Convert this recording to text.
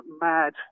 mad